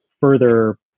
further